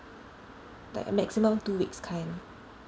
like a maximum two weeks kind